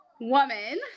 woman